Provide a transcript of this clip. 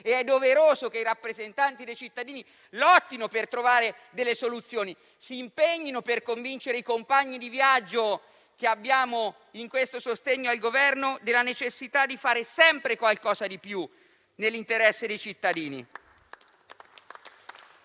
ed è doveroso che i rappresentanti dei cittadini lottino per trovare delle soluzioni, si impegnino per convincere i compagni di viaggio che abbiamo in questo sostegno al Governo della necessità di fare sempre qualcosa di più nell'interesse dei cittadini.